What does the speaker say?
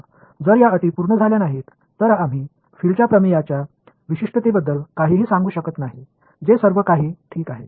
तर जर या अटी पूर्ण झाल्या नाहीत तर आम्ही फील्डच्या प्रमेयांच्या विशिष्टतेबद्दल काहीही सांगू शकत नाही जे सर्व काही ठीक आहे